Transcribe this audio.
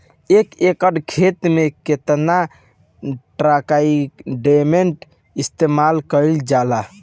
एक एकड़ खेत में कितना ट्राइकोडर्मा इस्तेमाल कईल जाला?